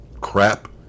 crap